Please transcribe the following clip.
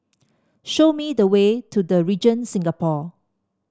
show me the way to The Regent Singapore